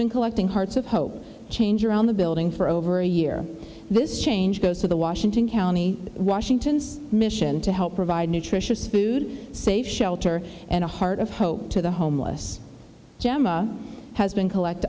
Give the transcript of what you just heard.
been collecting hearts of hope change around the building for over a year this change goes to the washington county washington's mission to help provide nutritious food safe shelter and a heart of hope to the homeless gemma has been collect